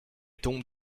tombe